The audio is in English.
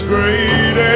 Great